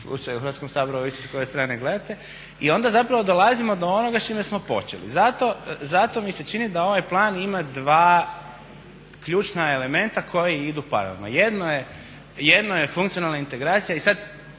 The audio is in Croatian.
u Hrvatskom saboru, ovisi s koje strane gledate i onda zapravo dolazimo do onoga s čime smo počeli. Zato mi se čini da ovaj plan ima dva ključna elementa koji idu paralelno. Jedno je funkcionalna integracija i sad